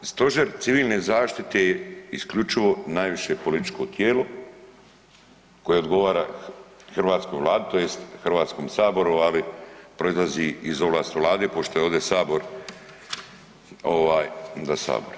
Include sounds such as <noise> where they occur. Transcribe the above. Stožer civilne zaštite je isključivo najviše političko tijelo koje odgovara hrvatskoj Vladi tj. Hrvatskom saboru ali proizlazi iz ovlasti Vlade što je ovdje Sabor ... <unintelligible> Sabor.